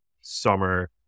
summer